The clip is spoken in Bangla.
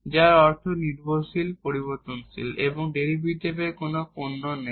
যার অর্থ ইন্ডিপেন্ডেন্ট ভেরিয়েবল এবং ডেরিভেটিভের কোন প্রডাক্ট নেই